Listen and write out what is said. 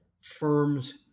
firms